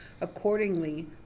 Accordingly